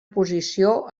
posició